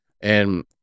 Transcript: And-